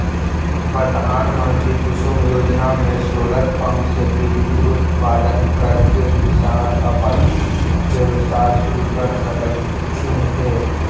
प्रधानमंत्री कुसुम योजना में सोलर पंप से बिजली उत्पादन करके किसान अपन व्यवसाय शुरू कर सकलथीन हे